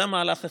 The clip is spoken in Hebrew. זה מהלך אחד.